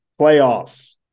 Playoffs